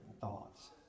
thoughts